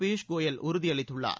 பியூஷ் கோயல் உறுதியளித்துள்ளார்